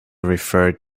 referred